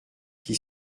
qui